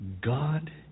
God